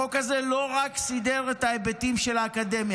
החוק הזה לא רק סידר את ההיבטים של האקדמיה,